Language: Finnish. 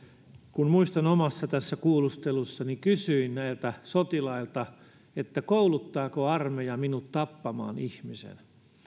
kun omassa kuulustelussani kysyin näiltä sotilailta kouluttaako armeija minut tappamaan ihmisen